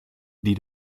die